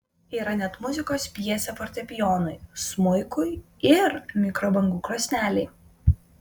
yra net muzikos pjesė fortepijonui smuikui ir mikrobangų krosnelei